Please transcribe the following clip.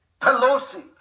Pelosi